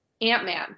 Ant-Man